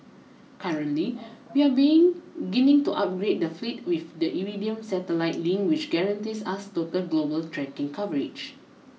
currently we are beginning to upgrade the fleet with the Iridium satellite link which guarantees us total global tracking coverage